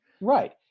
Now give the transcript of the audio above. Right